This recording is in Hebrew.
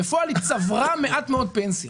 בפועל היא צברה מעט מאוד פנסיה.